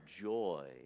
joy